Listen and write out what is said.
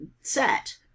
set